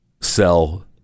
sell